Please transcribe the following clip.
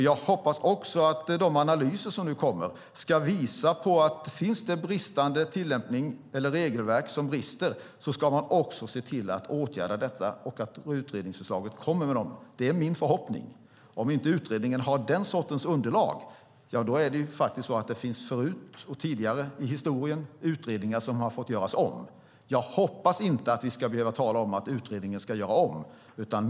Jag hoppas också att de analyser som nu kommer ska visa på att om det finns brister i tillämpning eller regelverk som brister ska man se till att åtgärda detta och att utredningsförslaget kommer med förslag. Det är min förhoppning. Om inte utredningen har den sortens underlag finns det förut och tidigare i historien utredningar som har fått göras om. Jag hoppas att vi inte ska behöva tala om att utredningen ska göras om.